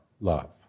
love